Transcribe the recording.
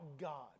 God